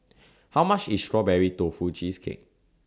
How much IS Strawberry Tofu Cheesecake